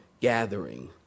gathering